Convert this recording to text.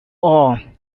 are